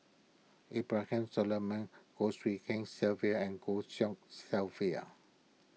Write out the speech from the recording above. Abraham Solomon Goh Tshin Sylvia and Goh Tshin Sylvia